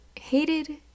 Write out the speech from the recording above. hated